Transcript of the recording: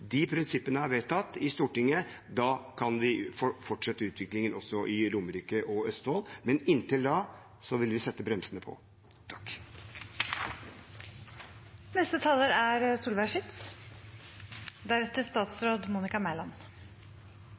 de strukturene er lagt og de prinsippene er vedtatt i Stortinget, da kan vi fortsette utviklingen også i Romerike og Østfold. Men inntil da vil vi sette bremsene på. Noen ganger er